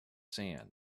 sand